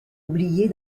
oubliée